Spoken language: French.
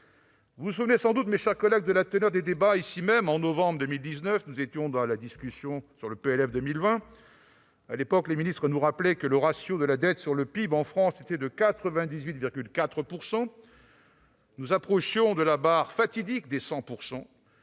Vous vous souvenez sans doute, mes chers collègues, de la teneur des débats ici même en novembre 2019, lors de la discussion du projet de loi de finances pour 2020. À l'époque, les ministres nous rappelaient que le ratio de la dette sur le PIB en France était de 98,4 %. Nous approchions de la barre fatidique des 100 %.